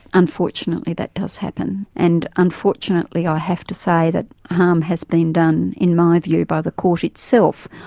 unfortunately that does happen, and unfortunately i have to say that harm has been done in my view by the court itself,